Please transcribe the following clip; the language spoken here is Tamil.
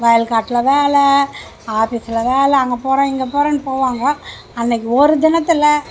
வயல்க்காட்டில் வேலை ஆஃபீஸ்சில் வேலை அங்கே போகிறேன் இங்கே போகிறேன்னு போவாங்க அன்றைக்கு ஒரு தினத்தில்